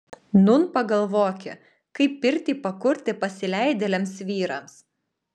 nūn pagalvoki kaip pirtį pakurti pasileidėliams vyrams